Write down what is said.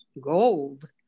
gold